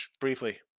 briefly